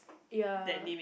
ya